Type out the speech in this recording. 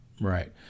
Right